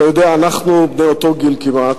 אתה יודע, אנחנו בני אותו גיל כמעט.